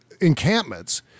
encampments